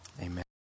Amen